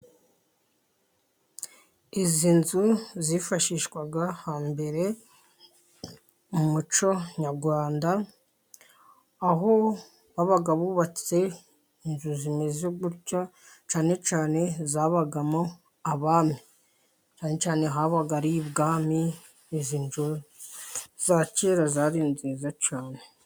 Izi nzu zifashishwaga hambere mu muco nyarwanda, aho babaga bubatse inzu zimeze gutya cyane cyane zabagamo abami. Cyane cyane habaga ari ibwami. Izi nzu za kera zari nziza cyane